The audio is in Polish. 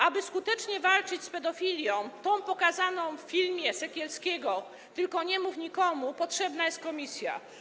Aby skutecznie walczyć z pedofilią, tą pokazaną w filmie Sekielskiego „Tylko nie mów nikomu”, potrzebna jest komisja.